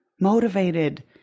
motivated